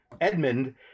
Edmund